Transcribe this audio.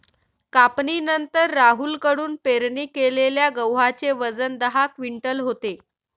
कापणीनंतर राहुल कडून पेरणी केलेल्या गव्हाचे वजन दहा क्विंटल होते